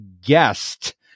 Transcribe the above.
guest